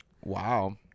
Wow